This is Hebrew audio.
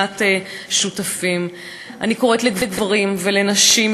ביסוס נורמות של הרחקת הגבר האלים ולא של האישה נפגעת